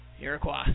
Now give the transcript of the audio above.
Iroquois